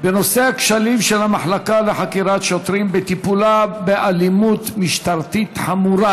בנושא הכשלים של המחלקה לחקירת שוטרים בטיפולה באלימות משטרתית חמורה,